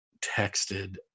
texted